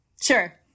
Sure